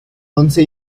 once